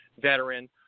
veteran